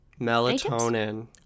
Melatonin